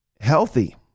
healthy